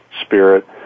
spirit